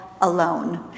Alone